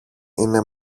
είναι